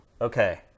Okay